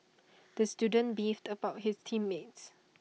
the student beefed about his team mates